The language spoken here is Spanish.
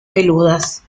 peludas